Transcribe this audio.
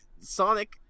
Sonic